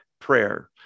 prayer